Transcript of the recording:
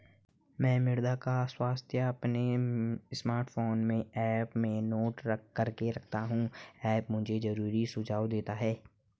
मैं मृदा का स्वास्थ्य अपने स्मार्टफोन में ऐप में नोट करके रखता हूं ऐप मुझे जरूरी सुझाव देता है